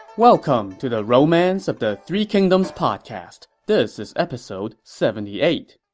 welcome to the romance of the three kingdoms podcast. this is episode seventy eight.